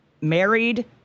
Married